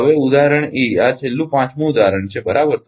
હવે ઉદાહરણ ઇ આ છેલ્લું પાંચમું ઉદાહરણ છે બરાબર